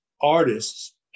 artists